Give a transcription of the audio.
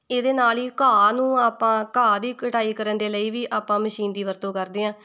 ਇਹਦੇ ਨਾਲ਼ ਹੀ ਘਾਹ ਨੂੰ ਆਪਾਂ ਘਾਹ ਦੀ ਕਟਾਈ ਕਰਨ ਦੇ ਲਈ ਵੀ ਆਪਾਂ ਮਸ਼ੀਨ ਦੀ ਵਰਤੋਂ ਕਰਦੇ ਹਾਂ